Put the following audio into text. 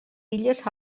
illes